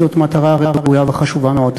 כי זאת מטרה ראויה וחשובה מאוד.